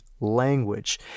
language